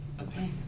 Okay